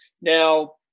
Now